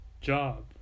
job